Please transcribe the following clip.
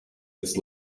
its